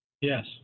Yes